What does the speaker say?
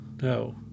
No